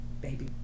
Baby